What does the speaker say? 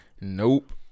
Nope